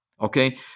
Okay